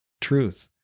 truth